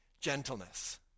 gentleness